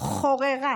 חוררה